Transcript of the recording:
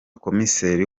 komiseri